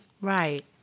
Right